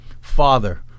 Father